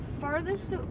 farthest